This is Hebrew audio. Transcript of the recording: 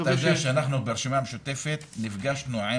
אתה יודע שאנחנו ברשימה המשותפת נפגשנו עם